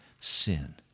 sin